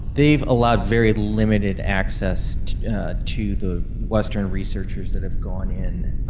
they've allowed very limited access to the western researchers that have gone in.